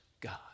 God